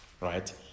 right